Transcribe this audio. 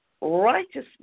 righteousness